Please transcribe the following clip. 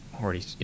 already